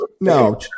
No